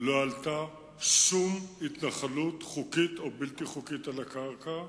לא עלתה שום התנחלות חוקית או בלתי חוקית על הקרקע.